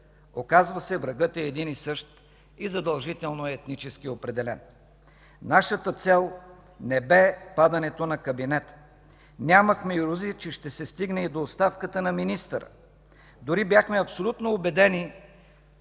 Оказва се – врагът е един и същ, и задължително е етнически определен. Нашата цел не бе падането на кабинета. Нямахме илюзии, че ще се стигне и до оставката на министъра. Дори бяхме абсолютно убедени